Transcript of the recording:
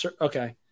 okay